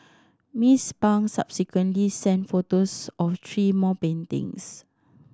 Miss Pang subsequently sent photos of three more paintings